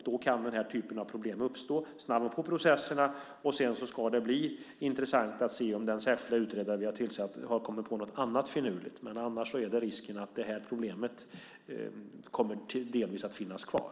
Då kan denna typ av problem uppstå. Snabba på processerna! Det ska också bli intressant att se om den särskilda utredare vi har tillsatt har kommit på något annat finurligt. Annars är risken att problemet delvis kommer att finnas kvar.